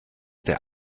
der